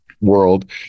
world